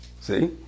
See